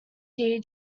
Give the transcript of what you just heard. tea